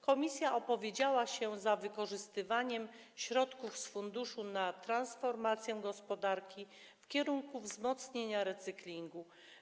Komisja opowiedziała się za wykorzystywaniem środków z funduszu na transformację gospodarki w kierunku wzmocnienia recyklingu.